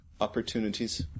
opportunities